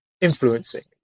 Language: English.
influencing